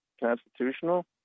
constitutional